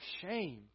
shame